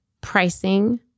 pricing